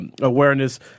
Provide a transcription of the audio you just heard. awareness